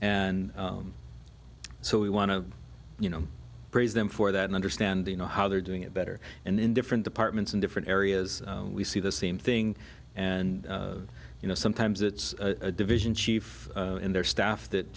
and so we want to you know praise them for that an understanding of how they're doing it better and in different departments in different areas we see the same thing and you know sometimes it's a division chief in their staff that